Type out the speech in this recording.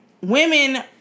Women